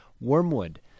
Wormwood